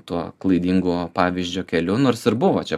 tuo klaidingu pavyzdžio keliu nors ir buvo čia